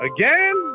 Again